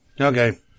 Okay